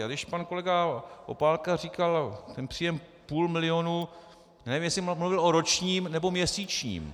A když pan kolega Opálka říkal příjem půl milionu, nevím, jestli mluvil o ročním, nebo měsíčním.